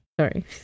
Sorry